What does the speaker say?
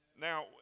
Now